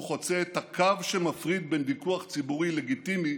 הוא חוצה את הקו שמפריד בין ויכוח ציבורי לגיטימי